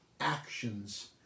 actions